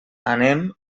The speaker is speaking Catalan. anem